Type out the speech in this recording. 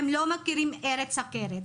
הם לא מכירים ארץ אחרת,